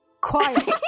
Quiet